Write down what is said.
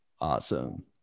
Awesome